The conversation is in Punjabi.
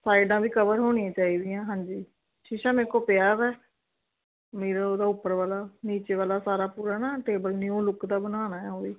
ਸਾਇਡਾਂ ਵੀ ਕਵਰ ਹੋਣੀਆਂ ਚਾਹੀਦੀਆਂ ਹਾਂਜੀ ਸ਼ੀਸ਼ਾ ਮੇਰੇ ਕੋਲ ਪਿਆ ਵਾ ਮੀਰਰ ਉਹਦਾ ਉੱਪਰ ਵਾਲਾ ਨੀਚੇ ਵਾਲਾ ਸਾਰਾ ਪੂਰਾ ਨਾ ਟੇਬਲ ਨਿਊ ਲੁੱਕ ਦਾ ਬਣਾਉਣਾ ਹੈ ਉਹ ਵੀ